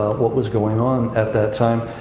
what was going on at that time.